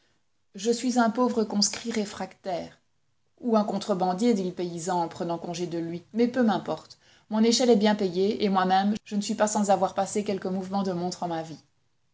je suis un pauvre conscrit réfractaire ou un contrebandier dit le paysan en prenant congé de lui mais peu m'importe mon échelle est bien payée et moi-même je ne suis pas sans avoir passé quelques mouvements de montre en ma vie